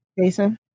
Jason